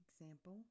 Example